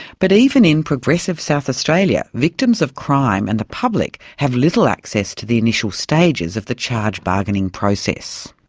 but even in progressive south australia, victims of crime and the public have little access to the initial stages of the charge bargaining process.